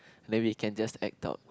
maybe can just act out